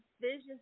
Visions